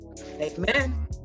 Amen